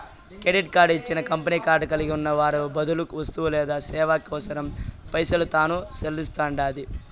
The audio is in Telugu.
కెడిట్ కార్డు ఇచ్చిన కంపెనీ కార్డు కలిగున్న వారి బదులు వస్తువు లేదా సేవ కోసరం పైసలు తాను సెల్లిస్తండాది